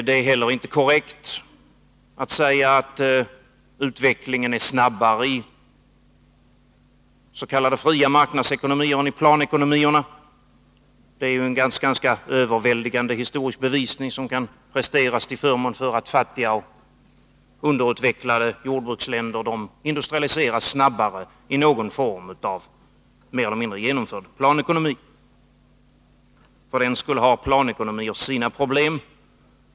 Det är heller inte korrekt att säga att utvecklingen är snabbare i s.k. fria marknadsekonomier än i planekonomierna. En ganska överväldigande historisk bevisning kan presteras till förmån för att fattiga och underutvecklade jordbruksländer industrialiseras snabbare i någon form av mer eller mindre genomförd planekonomi. För den skull är det inte så att planekonomier inte har sina problem.